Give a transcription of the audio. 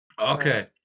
Okay